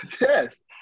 Yes